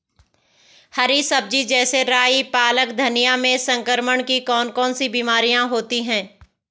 हरी सब्जी जैसे राई पालक धनिया में संक्रमण की कौन कौन सी बीमारियां होती हैं?